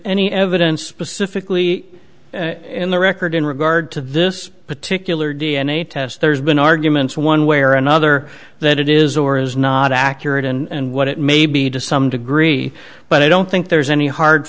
any evidence specifically in the record in regard to this particular d n a test there's been arguments one way or another that it is or is not accurate and what it may be to some degree but i don't think there's any hard